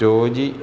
Toji